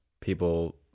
People